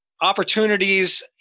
opportunities